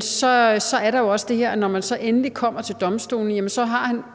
så er der jo også det, at når han så endelig kommer til domstolene, jamen så har han